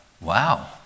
Wow